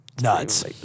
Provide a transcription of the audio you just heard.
nuts